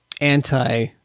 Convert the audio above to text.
anti-